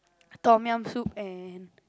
tom yum soup and